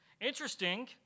Interesting